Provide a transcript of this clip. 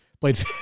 played